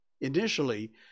Initially